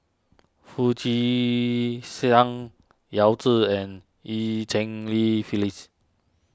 Foo Chee Siang Yao Zi and Eu Cheng Li Phyllis